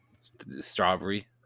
Strawberry